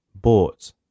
Bought